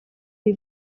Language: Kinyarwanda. ibi